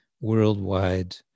worldwide